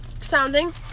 sounding